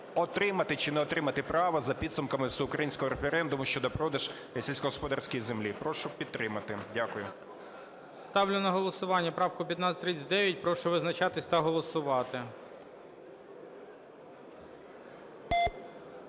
отримати чи не отримати право за підсумками всеукраїнського референдуму щодо продажі сільськогосподарської землі. Прошу підтримати. Дякую. ГОЛОВУЮЧИЙ. Ставлю на голосування правку 1539. Прошу визначатись та голосувати.